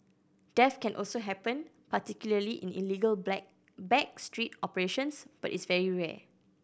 death can also happen particularly in illegal black back street operations but is very rare